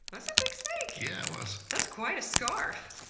that's a big snake! yeah it was. that's quite a scarf.